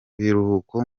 biruhuko